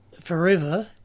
forever